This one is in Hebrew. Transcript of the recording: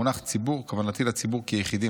במונח 'ציבור' כוונתי לציבור כיחידים